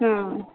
ஆ